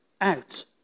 out